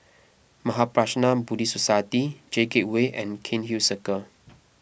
Mahaprajna Buddhist Society J Gateway and Cairnhill Circle